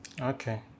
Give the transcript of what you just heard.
Okay